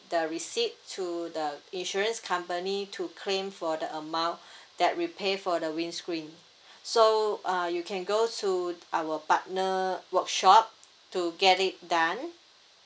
the receipt to the insurance company to claim for the amount that repair for the windscreen so uh you can go to our partner workshop to get it done